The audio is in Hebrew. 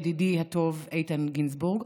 ידידי הטוב איתן גינזבורג.